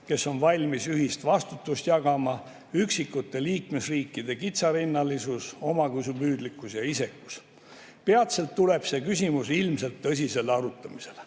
kes on valmis ühist vastutust jagama, üksikute liikmesriikide kitsarinnalisus, omakasupüüdlikkus ja isekus. Peatselt tuleb see küsimus ilmselt tõsisele arutamisele.